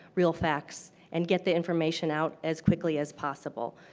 real facts, and get the information out as quickly as possible.